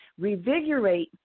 revigorate